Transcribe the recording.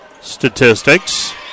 statistics